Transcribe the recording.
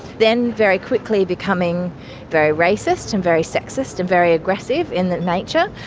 then very quickly becoming very racist and very sexist and very aggressive in nature.